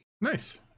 Nice